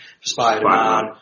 Spider-Man